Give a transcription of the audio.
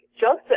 Joseph